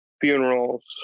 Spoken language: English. funerals